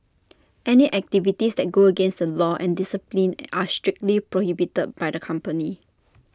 any activities that go against the law and discipline are strictly prohibited by the company